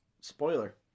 Spoiler